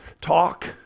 talk